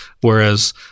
Whereas